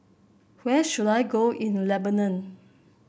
where should I go in Lebanon